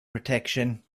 protection